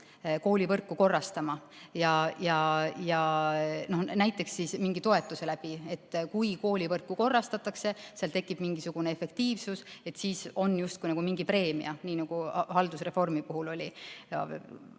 koolivõrku korrastama, näiteks mingi toetusega. Kui koolivõrku korrastatakse ja seal tekib mingisugune efektiivsus, siis on justkui mingi preemia, nii nagu haldusreformi puhul oli.